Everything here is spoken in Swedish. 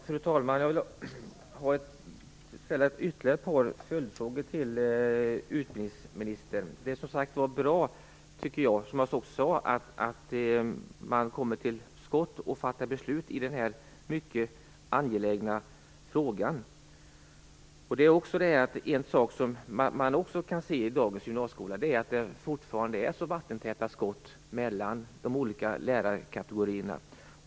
Fru talman! Jag vill ställa ytterligare ett par följdfrågor till utbildningsministern. Det är som sagt bra att man kommer till skott och fattar beslut i den här mycket angelägna frågan. En sak man kan notera i dagens gymnasieskola är att det fortfarande är vattentäta skott mellan de olika lärarkategorierna.